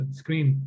screen